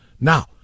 Now